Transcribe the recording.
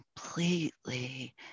completely